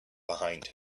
behind